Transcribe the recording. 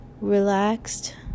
relaxed